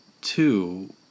two